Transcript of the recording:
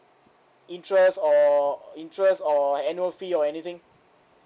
interest or interest or annual fee or anything